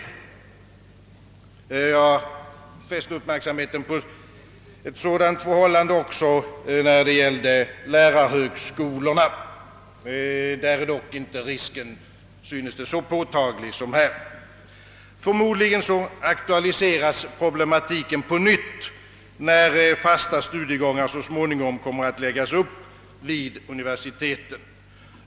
Jag fäste upp märksamheten på sådana risker, även när det gällde lärarhögskolorna. Där är dock riskerna inte så påtagliga som här. Förmodligen aktualiseras problematiken på nytt, när fasta studiegångar så småningom kommer att läggas upp vid universiteten.